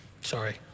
Sorry